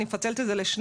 אני מפצלת את זה לשניים,